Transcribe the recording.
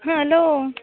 hello